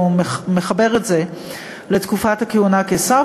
או מחבר את זה לתקופת הכהונה כשר,